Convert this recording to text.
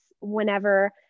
whenever